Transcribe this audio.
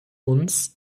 uns